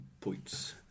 points